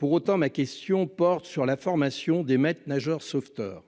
mais ma question porte sur la formation des maîtres-nageurs sauveteurs